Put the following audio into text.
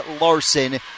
Larson